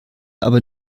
aber